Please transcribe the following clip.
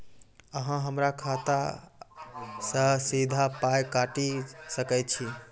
अहॉ हमरा खाता सअ सीधा पाय काटि सकैत छी?